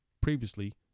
previously